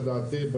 לדעתי,